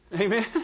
Amen